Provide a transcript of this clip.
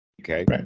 Okay